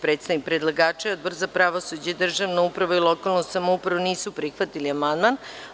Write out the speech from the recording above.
Predstavnik predlagača i Odbor za pravosuđe i državnu samoupravu i lokalnu samoupravu nisu prihvatili amandman.